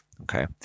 okay